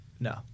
No